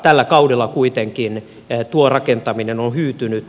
tällä kaudella kuitenkin tuo rakentaminen on hyytynyt